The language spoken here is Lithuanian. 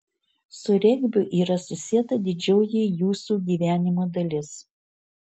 su regbiu yra susieta didžioji jūsų gyvenimo dalis